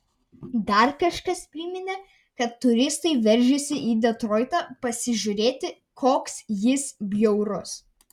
dar kažkas priminė kad turistai veržiasi į detroitą pasižiūrėti koks jis bjaurus